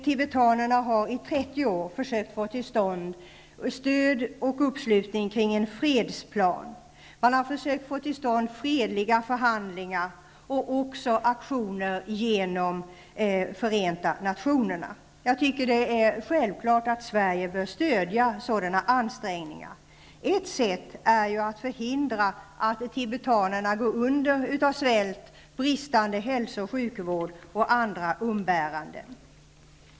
Tibetanerna har i 30 år försökt få till stånd stöd och uppslutning kring en fredsplan. Man har försökt få till stånd fredliga förhandlingar och även aktioner genom Förenta nationerna. Jag tycker att det är självklart att Sverige bör stödja sådana ansträngningar. Ett sätt är att förhindra att tibetanerna går under av svält, bristande hälso och sjukvård och andra umbäranden.